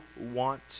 want